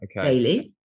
daily